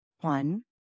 One